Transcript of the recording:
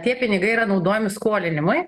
tie pinigai yra naudojami skolinimui